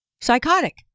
psychotic